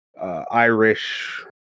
Irish